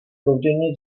proudění